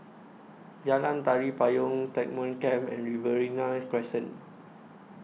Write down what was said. Jalan Tari Payong Stagmont Camp and Riverina Crescent